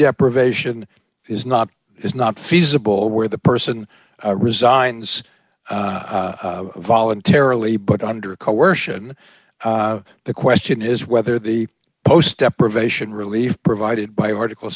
deprivation is not is not feasible where the person resigns voluntarily put under coercion the question is whether the post deprivation relief provided by article